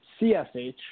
CSH